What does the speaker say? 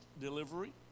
delivery